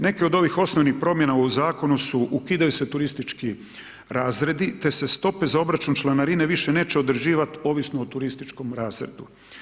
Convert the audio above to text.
Neki od ovih osnovnih primjena u zakonu su, ukidaju se turistički razredi, te se stope za obračun članarine više neće određivati ovisno o turističkim razredu.